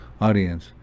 audience